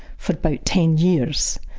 for about ten years.